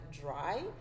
dry